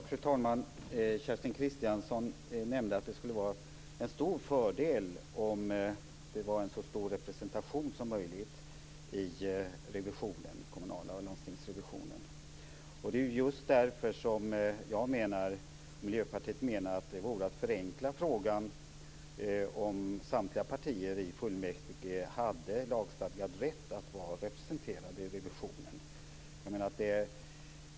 Fru talman! Kerstin Kristiansson nämnde att det skulle vara en stor fördel med en så stor representation som möjligt i kommunala revisionen och i landstingsrevisionen. Det är just därför som jag och Miljöpartiet menar att det vore att förenkla frågan om samtliga partier i fullmäktige hade lagstadgad rätt att vara representerade i revisionen.